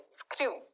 screw